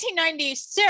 1996